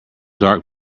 dark